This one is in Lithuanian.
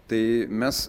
tai mes